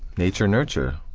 nature nurture.